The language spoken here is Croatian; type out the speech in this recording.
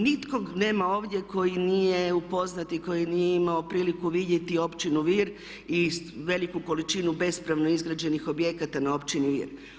Nikog nema ovdje koji nije upoznat i koji nije imao priliku vidjeti općinu Vir i veliku količinu bespravno izgrađenih objekata na općini Vir.